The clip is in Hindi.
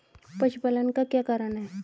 पशुपालन का क्या कारण है?